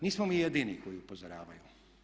Nismo mi jedini koji upozoravaju.